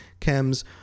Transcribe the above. chems